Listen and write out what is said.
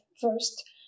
first